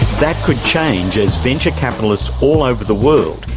that could change as venture capitalists all over the world,